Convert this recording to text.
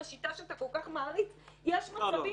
בשיטה שאתה כל כך מעריץ -- לא מעריץ,